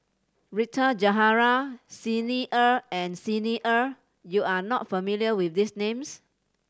Rita Zahara Xi Ni Er and Xi Ni Er you are not familiar with these names